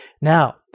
Now